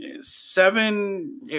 Seven